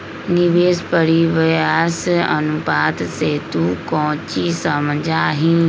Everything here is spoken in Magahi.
निवेश परिव्यास अनुपात से तू कौची समझा हीं?